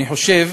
אני חושב